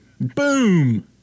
Boom